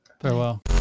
Farewell